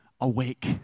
awake